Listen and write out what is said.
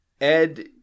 ed